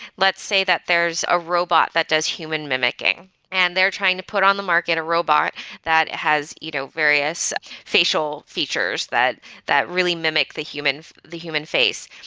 let's say that there's a robot that does human mimicking and they're trying to put on the market a robot that has you know various facial features that that really mimic the human the human face.